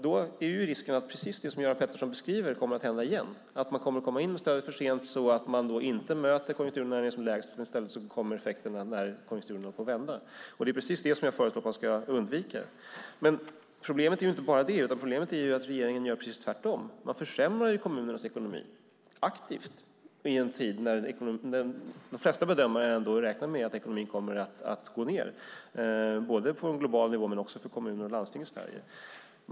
Då är risken att precis det Göran Pettersson beskriver kommer att hända igen, att man kommer in med stödet för sent, så att man inte möter konjunkturen när den är som lägst utan att effekterna i stället kommer när konjunkturen håller på att vända. Det är just det jag föreslår att man ska undvika. Men problemet är inte bara det, utan problemet är att regeringen gör precis tvärtom. Man försämrar kommunernas ekonomi aktivt i en tid då de flesta bedömare ändå räknar med att ekonomin kommer att gå ned, på global nivå men också i kommuner och landsting i Sverige.